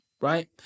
right